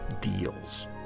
deals